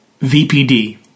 VPD